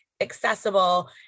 accessible